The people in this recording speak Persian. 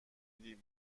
ﮐﺸﯿﺪﯾﻢ